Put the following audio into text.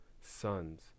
sons